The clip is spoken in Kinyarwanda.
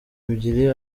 ebyiri